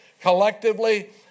collectively